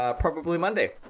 ah probably monday